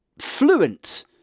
fluent